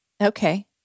Okay